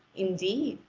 indeed,